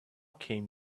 came